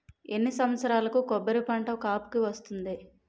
ఎన్ని సంవత్సరాలకు కొబ్బరి పంట కాపుకి వస్తుంది?